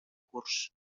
curs